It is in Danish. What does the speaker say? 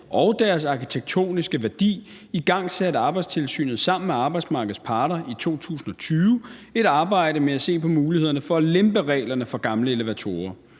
og deres arkitektoniske værdi igangsatte Arbejdstilsynet sammen med arbejdsmarkedets parter i 2020 et arbejde med at se på mulighederne for at lempe reglerne for gamle elevatorer.